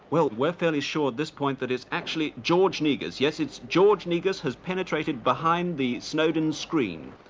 well we're fairly sure at this point that it's actually george negus, yes it's george negus has penetrated behind the snowden screen.